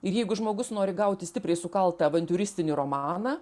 ir jeigu žmogus nori gauti stipriai sukaltą avantiūristinį romaną